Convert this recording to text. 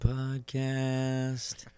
Podcast